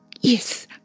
yes